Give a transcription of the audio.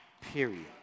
Period